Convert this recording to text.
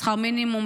שכר מינימום,